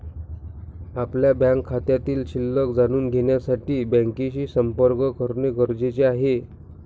आपल्या बँक खात्यातील शिल्लक जाणून घेण्यासाठी बँकेशी संपर्क करणे गरजेचे आहे